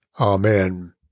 Amen